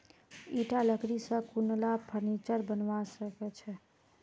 ईटा लकड़ी स कुनला फर्नीचर बनवा सख छ